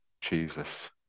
Jesus